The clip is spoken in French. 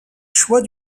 choix